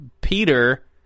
Peter